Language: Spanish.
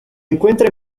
encuentra